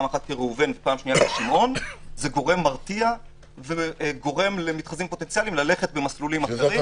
זה גורם מרתיע וגורם למתחזים פוטנציאליים ללכת במסלולים אחרים.